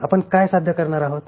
आपण काय साध्य करणार आहात